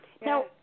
Now